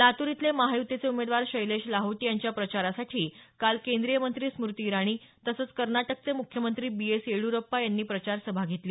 लातूर इथले महायुतीचे उमेदवार शैलेश लाहोटी यांच्या प्रचारासाठी काल केंद्रीय मंत्री स्मूती इराणी तसंच कर्नाटकचे मुख्यमंत्री बी एस येडीयुरप्पा यांनी प्रचार सभा घेतली